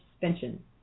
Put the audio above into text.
suspension